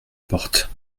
porte